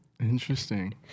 Interesting